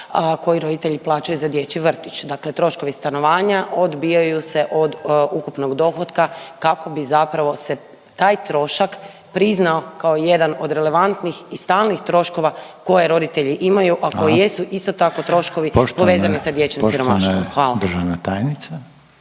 koji roditelji plaćaju za dječji vrtić. Dakle, troškovi stanovanja odbijaju se od ukupnog dohotka kako bi zapravo se taj trošak priznao kao jedan od relevantnih i stalnih troškova koje roditelji imaju … …/Upadica Željko Reiner: Hvala./… … a koji jesu isto tako troškovi povezani sa dječjim siromaštvom. Hvala.